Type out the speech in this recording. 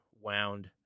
wound